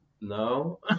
No